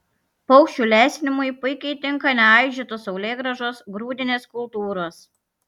paukščių lesinimui puikiai tinka neaižytos saulėgrąžos grūdinės kultūros